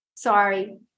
Sorry